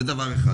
זה דבר אחד.